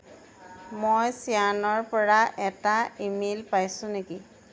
মই চিয়ানৰপৰা এটা ইমেইল পাইছোঁ নেকি